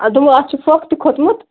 آ دوٚپمَو اَتھ چھِ پھۅکھ تہِ کھوٚتمُت